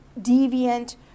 deviant